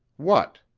what?